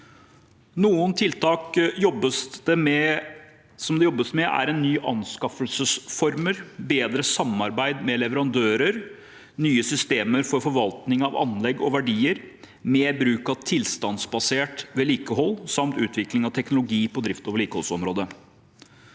Noen tiltak det jobbes med, er nye anskaffelsesformer, bedre samarbeid med leverandørene, nye systemer for forvaltning av anlegg og verdier, mer bruk av tilstandsbasert vedlikehold samt utvikling av ny teknologi på drift- og vedlikeholdsområdet.